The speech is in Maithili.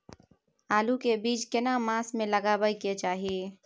आलू के बीज केना मास में लगाबै के चाही?